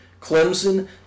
Clemson